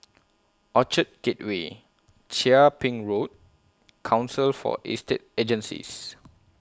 Orchard Gateway Chia Ping Road and Council For Estate Agencies